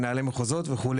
מנהלי מחוזות וכו',